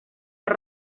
per